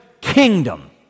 kingdom